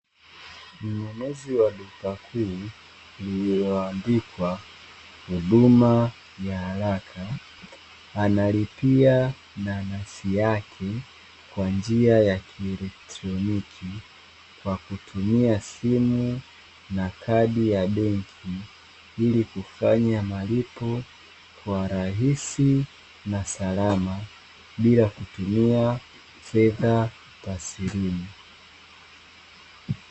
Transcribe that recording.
Mnunuzi wa duka kuu lililoandikwa huduma ya haraka, analipia nanasi yake kwa njia ya kielektroniki kwa kutumia simu na kadi ya benki, ili kufanya malipo kwa rahisi na salama bila kutumia fedha taslimu.